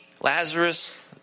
Lazarus